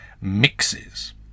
mixes